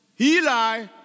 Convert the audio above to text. Eli